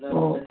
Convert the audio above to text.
तो